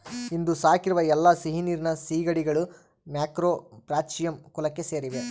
ಇಂದು ಸಾಕಿರುವ ಎಲ್ಲಾ ಸಿಹಿನೀರಿನ ಸೀಗಡಿಗಳು ಮ್ಯಾಕ್ರೋಬ್ರಾಚಿಯಂ ಕುಲಕ್ಕೆ ಸೇರಿವೆ